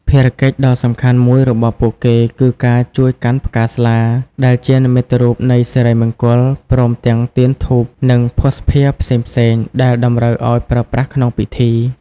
ភារកិច្ចដ៏សំខាន់មួយរបស់ពួកគេគឺការ ជួយកាន់ផ្កាស្លា ដែលជានិមិត្តរូបនៃសិរីមង្គល ព្រមទាំង ទៀនធូប និង ភ័ស្តុភារផ្សេងៗ ដែលតម្រូវឱ្យប្រើប្រាស់ក្នុងពិធី។